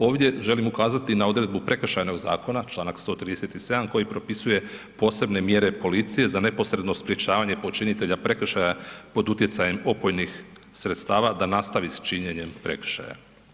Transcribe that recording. Ovdje želim ukazati na odredbu prekršajnog zakona, čl. 137. koji propisuje posebne mjere policije za neposredno sprječavanje počinitelja prekršaja pod utjecajem opojnih sredstava da nastavi s činjenjem prekršaja.